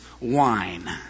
wine